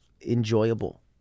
enjoyable